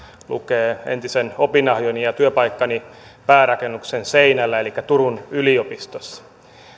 lukee entisen opinahjoni ja ja työpaikkani päärakennuksen seinällä elikkä turun yliopistossa